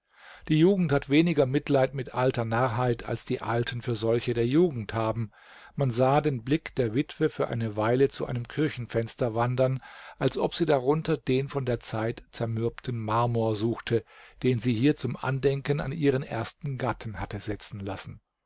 die jugend hat weniger mitleid mit alter narrheit als die alten für solche der jugend haben man sah den blick der witwe für eine weile zu einem kirchenfenster wandern als ob sie darunter den von der zeit zermürbten marmor suchte den sie hier zum andenken an ihren ersten gatten hatte setzen lassen